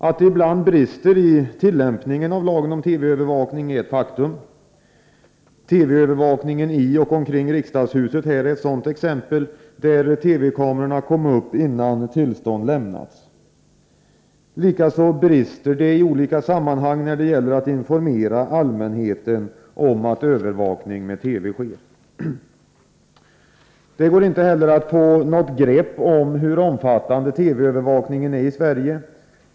Att det ibland brister i tillämpningen av lagen om TV-övervakning är ett faktum. TV-övervakningen i och omkring riksdagshuset är ett sådant exempel, där TV-kamerorna kom upp innan tillstånd lämnats. Likaså brister det i olika sammanhang när det gäller att informera allmänheten om att övervakning med TV sker. Det går inte heller att få något grepp om hur omfattande TV-övervakningen är i Sverige.